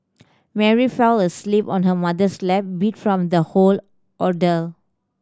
Mary fell asleep on her mother's lap beat from the whole ordeal